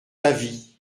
avit